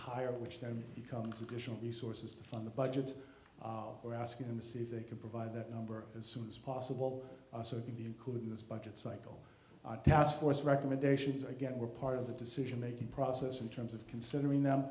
higher which then becomes additional resources to fund the budgets we're asking them to see if they can provide that number as soon as possible so it can be included in this budget cycle taskforce recommendations again were part of the decision making process in terms of considering them